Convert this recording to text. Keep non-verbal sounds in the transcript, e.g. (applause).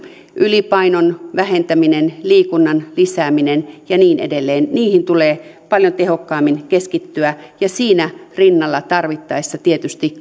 ylipainon vähentämiseen liikunnan lisäämiseen ja niin edelleen tulee paljon tehokkaammin keskittyä ja siinä rinnalla tarvittaessa tietysti (unintelligible)